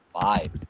five